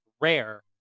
rare